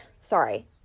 Sorry